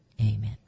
Amen